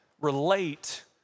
relate